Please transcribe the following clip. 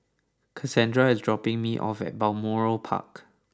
Cassandra is dropping me off at Balmoral Park